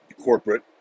corporate